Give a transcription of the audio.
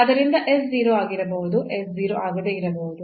ಆದ್ದರಿಂದ s 0 ಆಗಿರಬಹುದು s 0 ಆಗದೇ ಇರಬಹುದು